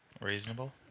Reasonable